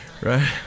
Right